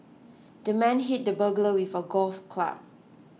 the man hit the burglar with a golf club